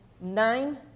nine